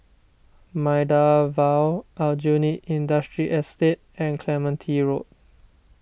Maida Vale Aljunied Industrial Estate and Clementi Road